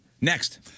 Next